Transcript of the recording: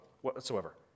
whatsoever